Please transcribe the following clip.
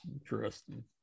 interesting